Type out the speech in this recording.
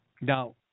Now